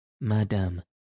Madame